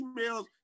emails